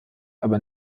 aber